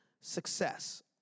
success